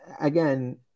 again